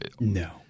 No